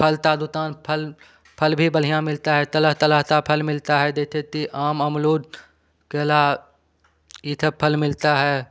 फल का दुकान फल फल भी बढ़िया मिलता है तरह तरह का फल मिलता है जैसे कि आम अमरूद केला ये सब फल मिलता है